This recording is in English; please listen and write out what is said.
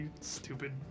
Stupid